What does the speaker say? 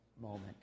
moment